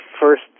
first